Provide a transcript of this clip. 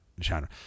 genre